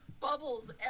Bubbles